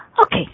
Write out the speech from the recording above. Okay